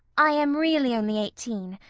i am really only eighteen,